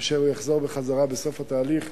כאשר הוא יחזור בסוף התהליך,